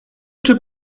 czy